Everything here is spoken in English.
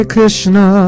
Krishna